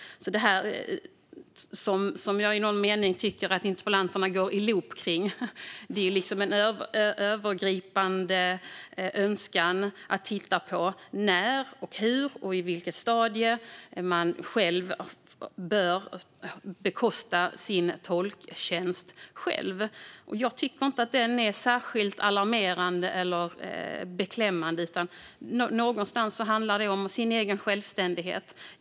Det här, som jag i någon mening tycker att interpellanterna går i loop kring, är en övergripande önskan - att titta på när, hur och i vilket stadium man bör bekosta sin tolktjänst själv. Jag tycker inte att den är särskilt alarmerande eller beklämmande. Någonstans handlar det om den egna självständigheten.